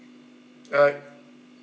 uh